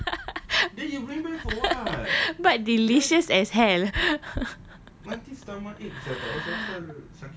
ya but delicious as hell